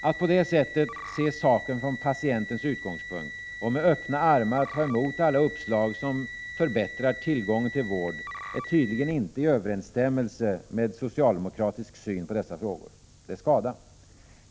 Att på det sättet se saken från patientens utgångspunkt och med öppna armar ta emot alla uppslag som förbättrar tillgången till vård är tydligen inte i överensstämmelse med socialdemokratisk syn på dessa frågor. Det är skada.